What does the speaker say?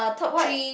what